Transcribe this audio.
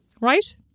Right